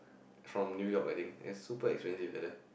from New York I think it super expensive ah there